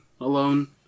alone